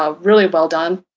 ah really well done.